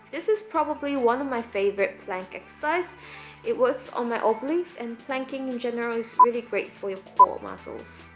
this is probably one of my favorite plank exercise it works on my obliques and planking in general is really great for your core muscles